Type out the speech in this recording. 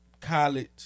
college